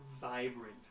vibrant